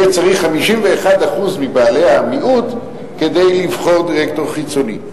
יהיה צריך 51% מבעלי המיעוט כדי לבחור דירקטור חיצוני.